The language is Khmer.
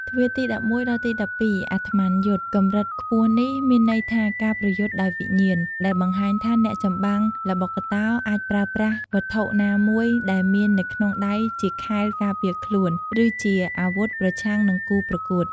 ទ្វារទី១១ ដល់ទី១២ អាត្ម័នយុទ្ធ កម្រិតខ្ពស់នេះ មានន័យថា ការប្រយុទ្ធដោយវិញ្ញាណ ដែលបង្ហាញថាអ្នកចម្បាំងល្បុក្កតោអាចប្រើប្រាស់ វត្ថុណាមួយដែលមាននៅក្នុងដៃជាខែលការពារខ្លួន ឬជាអាវុធ ប្រឆាំងនឹងគូប្រកួត។